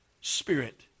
spirit